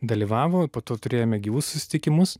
dalyvavo i po to turėjome gyvus susitikimus